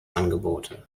angebote